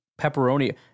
pepperoni